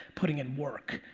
putting in work.